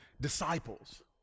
disciples